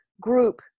group